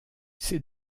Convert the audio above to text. ces